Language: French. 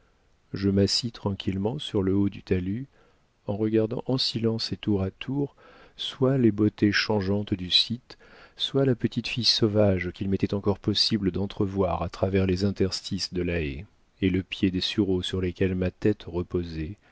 je m'assis tranquillement sur le haut du talus en regardant en silence et tour à tour soit les beautés changeantes du site soit la petite fille sauvage qu'il m'était encore possible d'entrevoir à travers les interstices de la haie et le pied des sureaux sur lesquels ma tête reposait